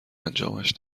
انجامش